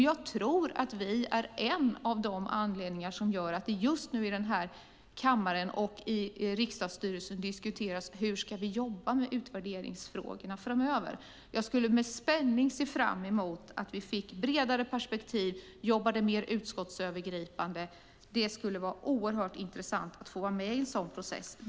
Jag tror att vi är en av anledningarna till att det just nu här i kammaren och i riksdagsstyrelsen diskuteras hur vi ska jobba med utvärderingsfrågorna framöver. Jag ser med spänning fram emot att vi får bredare perspektiv och jobbar mer utskottsövergripande. Det skulle vara oerhört intressant att få vara med i en sådan process.